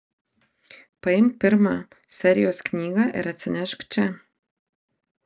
paimk pirmą serijos knygą ir atsinešk čia